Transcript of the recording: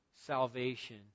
salvation